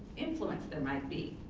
influence there might be.